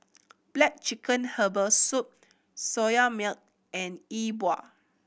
black chicken herbal soup Soya Milk and Yi Bua